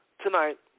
tonight